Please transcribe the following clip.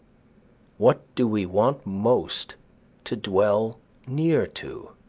what do we want most to dwell near to?